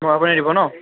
অঁ আপুনিয়ে দিব ন'